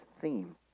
theme